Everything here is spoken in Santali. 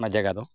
ᱚᱱᱟ ᱡᱟᱭᱜᱟ ᱫᱚ